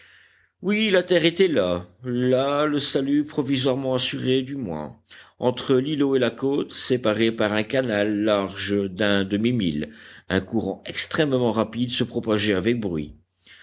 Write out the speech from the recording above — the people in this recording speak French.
oui la terre était là là le salut provisoirement assuré du moins entre l'îlot et la côte séparés par un canal large d'un demi-mille un courant extrêmement rapide se propageait avec bruit